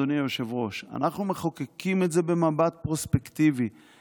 אדוני היושב-ראש: אנחנו מחוקקים את זה במבט פרוספקטיבי,